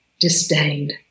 disdained